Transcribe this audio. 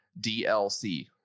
DLC